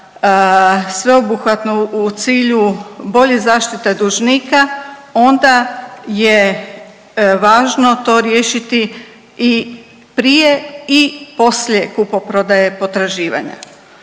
sveobuhvatno u cilju bolje zaštite dužnika onda je važno to riješiti i prije i poslije kupoprodaje potraživanja.